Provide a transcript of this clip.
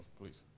Please